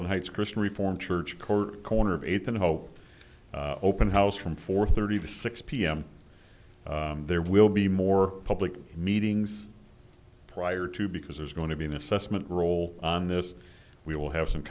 d heights christian reformed church court corner of eighth and hope open house from four thirty to six pm there will be more public meetings prior to because there's going to be an assessment role on this we will have some